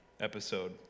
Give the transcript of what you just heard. episode